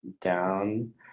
down